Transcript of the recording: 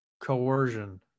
coercion